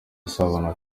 usabana